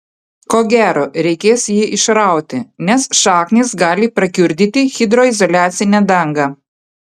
ko gero reikės jį išrauti nes šaknys gali prakiurdyti hidroizoliacinę dangą